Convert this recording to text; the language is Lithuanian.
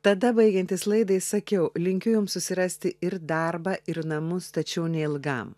tada baigiantis laidai sakiau linkiu jums susirasti ir darbą ir namus tačiau neilgam